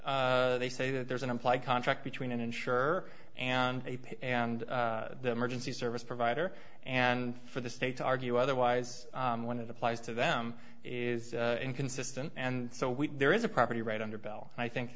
s they say that there's an implied contract between unsure and and the emergency service provider and for the state to argue otherwise when it applies to them is inconsistent and so we there is a property right under bill i think